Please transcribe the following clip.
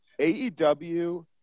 AEW